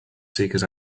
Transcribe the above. seekers